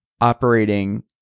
operating